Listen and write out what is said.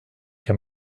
kann